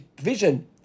vision